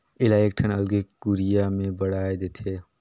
एला एकठन अलगे कुरिया में मढ़ाए देथे